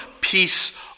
peace